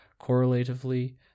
Correlatively